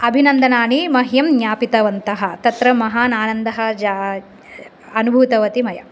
अभिनन्दनानि मह्यं ज्ञापितवन्तः तत्र माहान् आनन्दः जा अनुभूतवती मया